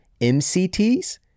MCTs